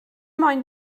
moyn